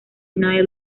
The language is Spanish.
night